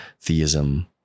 theism